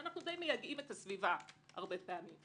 אנחנו די מייגעים את הסביבה הרבה פעמים.